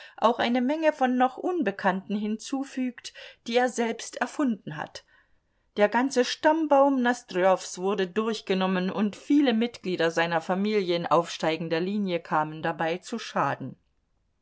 auch eine menge von noch unbekannten hinzufügt die er selbst erfunden hat der ganze stammbaum nosdrjows wurde durchgenommen und viele mitglieder seiner familie in aufsteigender linie kamen dabei zu schaden